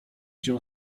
cię